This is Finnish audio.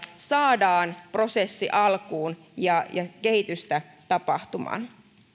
saadaan prosessi alkuun ja ja kehitystä tapahtumaan